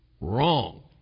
Wrong